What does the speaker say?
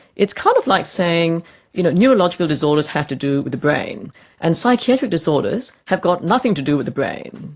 it's kind of like saying you know neurological disorders have to do with the brain and psychiatric disorders have got nothing to do with the brain.